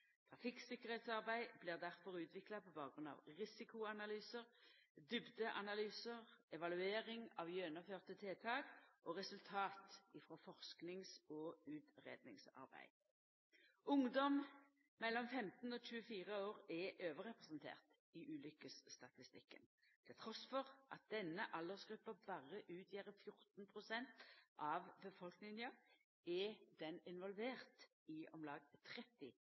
blir difor utvikla på bakgrunn av risikoanalysar, djupneanalysar, evaluering av gjennomførte tiltak og resultat frå forskings- og utgreiingsarbeid. Ungdom mellom 15 og 24 år er overrepresenterte i ulukkesstatistikken. Trass i at denne aldersgruppa berre utgjer 14 pst. av befolkninga, er ho involvert i om lag 30